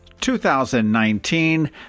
2019